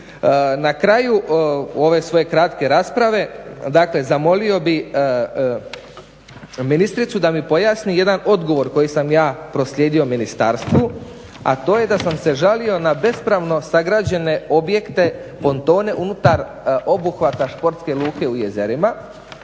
Na kraju ove svoje kratke rasprave dakle zamolio bih ministricu da mi pojasni jedan odgovor koji sam ja proslijedio ministarstvu a to je da sam se žalio na bespravno sagrađene objekte, pontone unutar obuhvata športske luke u jezerima,